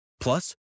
Plus